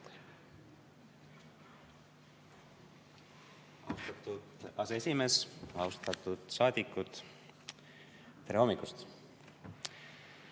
Austatud aseesimees! Austatud saadikud, tere hommikust!